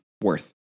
worth